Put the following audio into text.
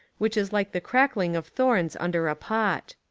which is like the crackling of thorns under a pot.